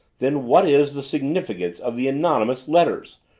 then what is the significance of the anonymous letters?